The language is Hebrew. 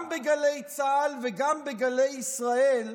גם בגלי צה"ל וגם בגלי ישראל,